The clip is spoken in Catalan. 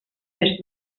més